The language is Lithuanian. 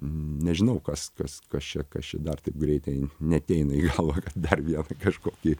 nežinau kas kas kas čia kas čia dar taip greitai neateina į galvą kad dar kažkokį